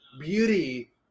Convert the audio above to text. Beauty